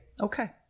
okay